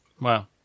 Wow